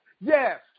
Yes